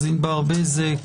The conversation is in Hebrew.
ענבר בזק,